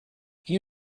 you